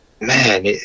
man